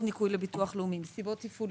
ניכוי לביטוח הלאומי; מסיבות תפעוליות.